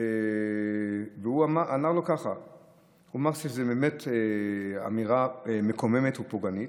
ואמר לו שזו באמת אמירה מקוממת ופוגענית,